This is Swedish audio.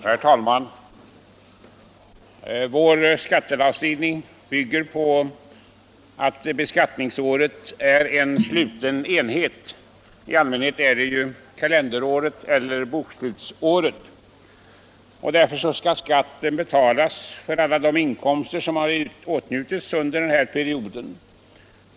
Herr talman! Vår skattelagstiftning bygger på principen att beskattningsåret är en sluten enhet — i allmänhet kalenderåret eller bokslutsåret — och att skatten skall betalas för alla de inkomster som har åtnjutits under denna period.